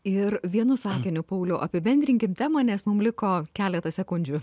ir vienu sakiniu pauliau apibendrinkim temą nes mums liko keletas sekundžių